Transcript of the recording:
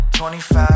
25